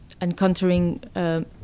encountering